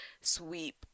sweep